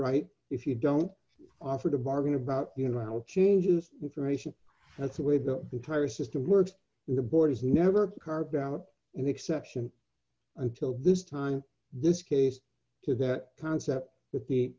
right if you don't offer to bargain about you know how it changes information that's the way the entire system works the board is never carved out in the exception until this time this case to that concept that the